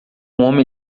homem